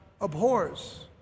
abhors